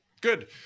Good